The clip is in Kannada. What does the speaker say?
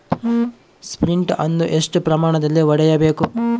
ಸ್ಪ್ರಿಂಟ್ ಅನ್ನು ಎಷ್ಟು ಪ್ರಮಾಣದಲ್ಲಿ ಹೊಡೆಯಬೇಕು?